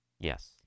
Yes